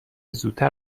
زودتر